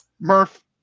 Murph